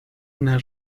una